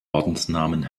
ordensnamen